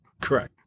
Correct